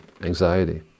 anxiety